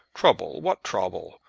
trouble, what trouble?